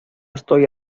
estoy